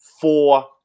four